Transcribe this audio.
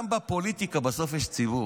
גם בפוליטיקה בסוף יש ציבור.